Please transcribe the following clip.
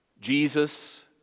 Jesus